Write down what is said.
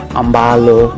ambalo